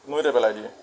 নৈতে পেলাই দিয়ে